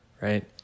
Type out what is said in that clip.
right